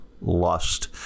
lust